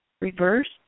reversed